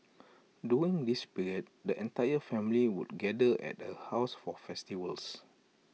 during this period the entire family would gather at her house for festivals